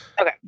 okay